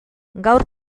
gaur